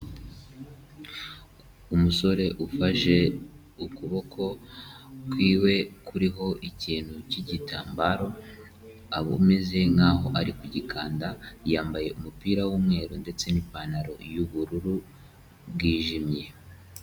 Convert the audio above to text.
Umusore ufashe ukuboko kw'iwe kuriho ikintu cy'igitambaro, aba ameze nk'aho ari kugikanda, yambaye umupira w'umweru, ndetse n'ipantaro y'ubururu bwijimye.